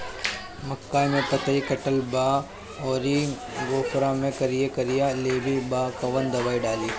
मकई में पतयी कटल बा अउरी गोफवा मैं करिया करिया लेढ़ी बा कवन दवाई डाली?